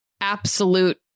absolute